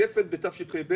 גפן בתשפ"ב,